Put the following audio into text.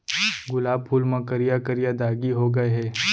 गुलाब फूल म करिया करिया दागी हो गय हे